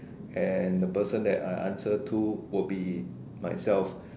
and the person that I answer to would be myself